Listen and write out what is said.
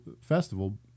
festival